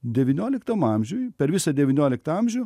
devynioliktam amžiuj per visą devynioliktą amžių